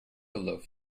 loaf